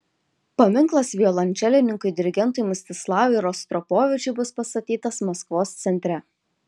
paminklas violončelininkui dirigentui mstislavui rostropovičiui bus pastatytas maskvos centre